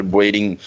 waiting